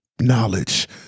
Knowledge